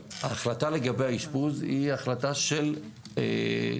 ההחלטה לגבי האשפוז היא החלטה של בית